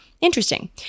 Interesting